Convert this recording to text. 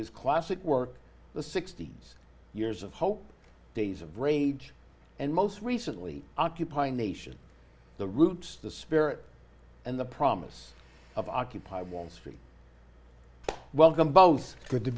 his classic work the sixty's years of hope days of rage and most recently occupy nation the roots the spirit and the promise of occupy wall street welcome both good to